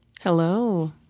Hello